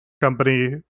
company